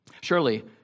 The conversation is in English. Surely